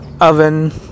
oven